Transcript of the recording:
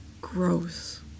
Gross